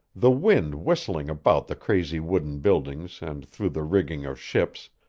the wind whistling about the crazy wooden buildings and through the rigging of ships,